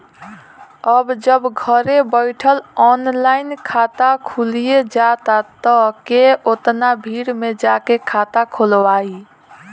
अब जब घरे बइठल ऑनलाइन खाता खुलिये जाता त के ओतना भीड़ में जाके खाता खोलवाइ